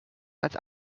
als